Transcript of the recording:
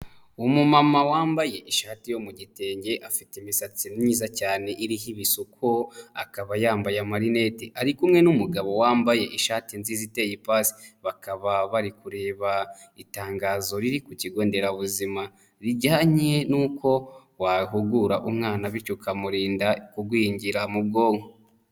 Umumama wambaye ishati yo mu gitenge afite imisatsi myiza cyane iriho ibisuko akaba yambaye amarinete, ari kumwe n'umugabo wambaye ishati nziza iteye ipasi, bakaba bari kureba itangazo riri ku kigo nderabuzima rijyanye n'uko wahugura umwana bityo ukamurinda kugwingira mu bwonko.